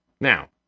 Now